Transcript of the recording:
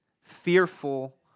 fearful